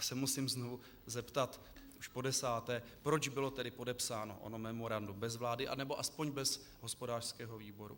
Já se musím znovu zeptat, už podesáté, proč bylo tedy podepsáno ono memorandum bez vlády nebo aspoň bez hospodářského výboru.